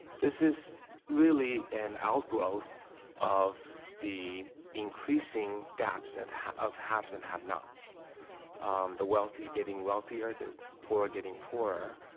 this is really an outgrowth of the increasing gaps and of haves and have-nots the wealthy getting wealthier, the poor getting poorer.